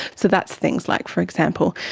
so that's things like, for example,